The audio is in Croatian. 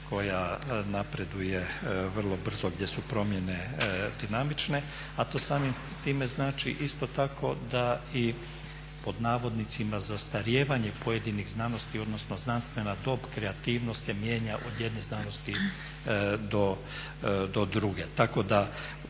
koja napreduje vrlo brzo, gdje su promjene dinamične, a to samim time znači isto tako da i "zastarijevanje" pojedinih znanosti odnosno znanstvena dob, kreativnost se mijenja od jedne znanosti do druge.